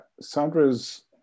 Sandra's